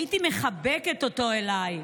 הייתי מחבקת אותו אליי,